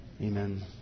Amen